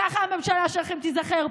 ככה הממשלה שלכם תיזכר.